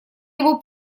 его